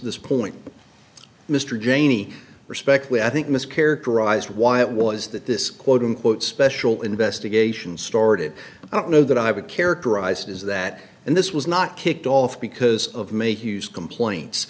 this point mr janey respectfully i think miss characterize why it was that this quote unquote special investigation started i don't know that i would characterize it as that and this was not kicked off because of make use complaints